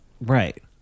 Right